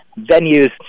venues